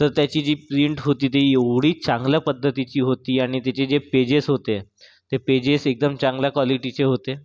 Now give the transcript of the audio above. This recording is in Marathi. तर त्याची जी प्रिंट होती ती एवढी चांगल्या पद्धतीची होती आणि त्याचे जे पेजेस होते ते पेजेस एकदम चांगल्या क्वालिटीचे होते